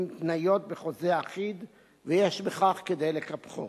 עם תניות בחוזה אחיד ויש בכך כדי לקפחו.